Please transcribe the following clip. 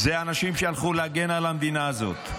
אלו אנשים שהלכו להגן על המדינה הזאת,